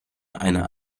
einer